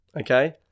okay